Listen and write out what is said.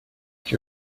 que